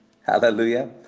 Hallelujah